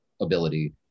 ability